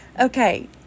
Okay